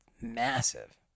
massive